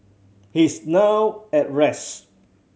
he is now at rest